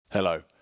Hello